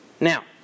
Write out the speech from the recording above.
Now